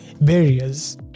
barriers